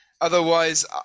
otherwise